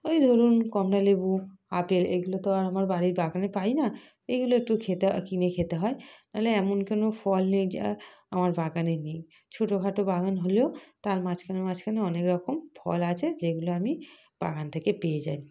এই ধরুন কমলালেবু আপেল এগুলো তো আর আমার বাড়ির বাগানে পাই না এগুলো একটু খেতে হয় কিনে খেতে হয় নইলে এমন কোনো ফল নেই যা আমার বাগানে নেই ছোটো খাটো বাগান হলেও তার মাছখানে মাছখানে অনেক রকম ফল আছে যেগুলো আমি বাগান থেকে পেয়ে যাই